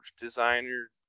designer